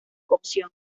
cocción